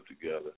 together